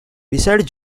besides